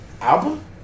album